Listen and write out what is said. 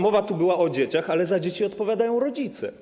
Mowa tu była o dzieciach, ale za dzieci odpowiadają rodzice.